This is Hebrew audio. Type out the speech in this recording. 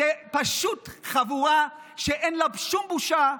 זו פשוט חבורה שאין לה שום בושה,